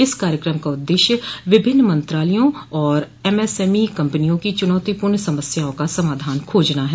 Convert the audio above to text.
इस कार्यकम का उद्दश्य विभिन्न मंत्रालयों और एमएसएमई कंपिनयों की चुनौतीपूर्ण समस्याओं का समाधान खोजना है